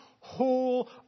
whole